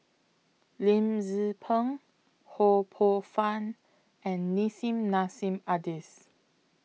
Lim Tze Peng Ho Poh Fun and Nissim Nassim Adis